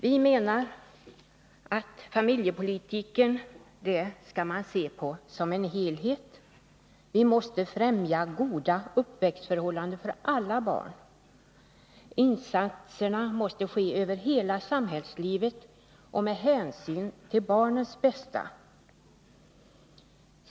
Vi menar att man skall se på familjepolitiken som en helhet. Vi måste främja goda uppväxtförhållanden för alla barn. Insatserna måste ske över hela samhällslivet och med hänsyn till barnens bästa.